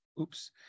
Oops